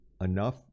enough